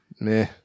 meh